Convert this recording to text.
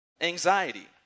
anxiety